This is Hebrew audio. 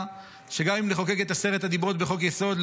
שגם אם נחוקק את עשרת הדיברות בחוק-יסוד,